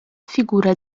figura